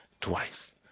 twice